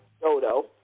dodo